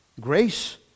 Grace